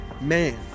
man